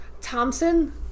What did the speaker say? Thompson